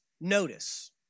notice